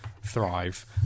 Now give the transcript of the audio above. thrive